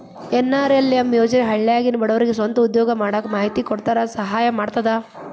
NRLM ಯೋಜನೆ ಹಳ್ಳ್ಯಾಗಿನ ಬಡವರಿಗೆ ಸ್ವಂತ ಉದ್ಯೋಗಾ ಮಾಡಾಕ ಮಾಹಿತಿ ಕೊಡಾಕ ಸಹಾಯಾ ಮಾಡ್ತದ